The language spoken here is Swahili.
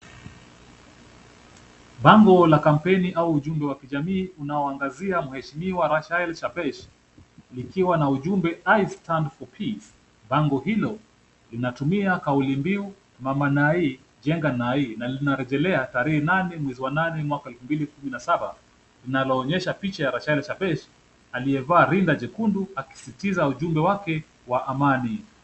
Bango la kampeni au ujumbe wa kijamii unaoangazia mheshimiwa Rachael Shebesh, likiwa na ujumbe I stand for peace . Bango hilo linatumia kauli mbiu Mama Nai, jenga Nai na linarejelea tarehe nane mwezi wa nane mwaka wa elfu mbili na kumi na saba, linaloonyesha picha la Rachael Shebesh akiwa amevalia rinda jekundu akisisitiza ujumbe wake wa amani.